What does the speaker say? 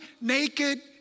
naked